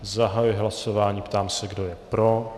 Zahajuji hlasování a ptám se, kdo je pro.